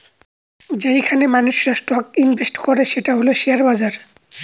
যেইখানে মানুষেরা stock invest করে সেটা হচ্ছে শেয়ার বাজার